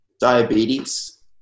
diabetes